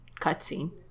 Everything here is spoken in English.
cutscene